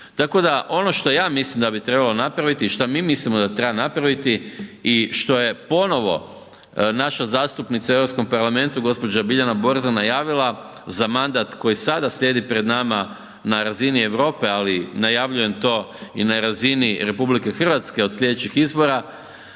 Tako da ono što ja mislim da bi trebalo napraviti i šta mi mislimo da treba napraviti i što je ponovo naša zastupnica u Europskom parlamentu gospođa Biljana Borzan najavila za mandat koji sada slijedi pred nama na razini Europi, ali najavljujem to i na razini RH od sljedećih izbora,